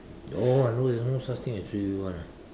don't I know there's no such thing as three wheel one lah